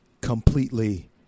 completely